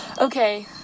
Okay